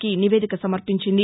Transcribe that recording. కి నివేదిక సమర్పించింది